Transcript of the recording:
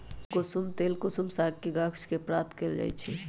कुशुम तेल कुसुम सागके गाछ के प्राप्त कएल जाइ छइ